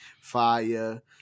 Fire